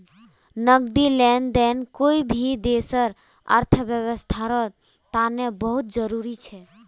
नकदी लेन देन कोई भी देशर अर्थव्यवस्थार तने बहुत जरूरी छ